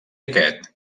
aquest